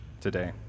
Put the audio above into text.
today